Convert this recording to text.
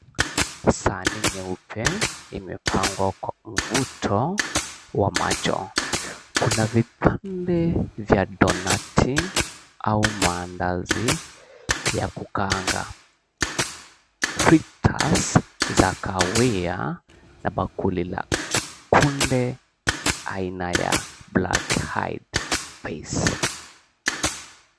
Sahani nyeupe imepambwa kwa mvuto wa macho. Kuna vipande vya donati au mandazi ya kukaanga. Frictus za kahawia na bakuli la kunde aina ya black eyed peas .